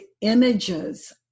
images